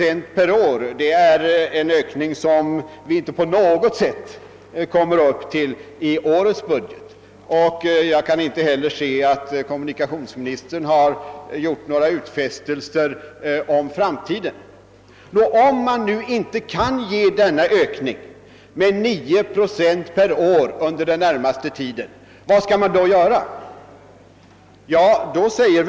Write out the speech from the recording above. En sådan ökning uppnås inte på något sätt i årets budget, och jag kan inte heller finna att kommunikationsministern i den gjort några utfästelser för framtiden. Nå, vad skall man då göra om denna ökning med 9 procent per år inte kan genomföras under den närmaste tiden?